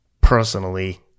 personally